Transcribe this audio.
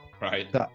Right